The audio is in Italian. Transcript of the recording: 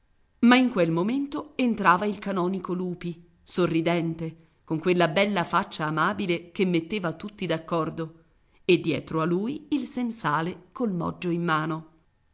ma in quel momento entrava il canonico lupi sorridente con quella bella faccia amabile che metteva tutti d'accordo e dietro a lui il sensale col moggio in mano